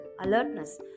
alertness